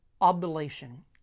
oblation